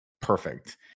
perfect